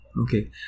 Okay